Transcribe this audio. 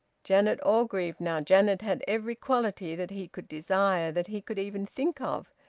janet orgreave, now! janet had every quality that he could desire, that he could even think of.